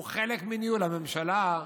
הוא חלק מניהול הממשלה,